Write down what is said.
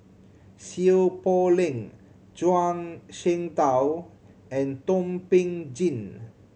Seow Poh Leng Zhuang Shengtao and Thum Ping Tjin